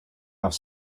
off